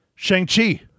Shang-Chi